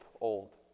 old